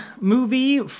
movie